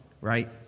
right